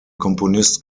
komponist